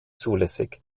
zulässig